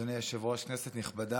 אדוני היושב-ראש, כנסת נכבדה,